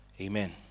amen